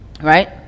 right